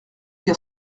car